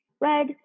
red